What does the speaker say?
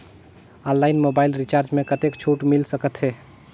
Online mobile recharge मे कतेक छूट मिल सकत हे?